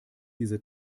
diese